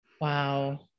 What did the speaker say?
Wow